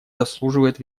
заслуживает